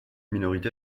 minorité